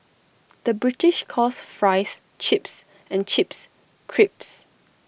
the British calls Fries Chips and Chips Crisps